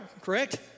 correct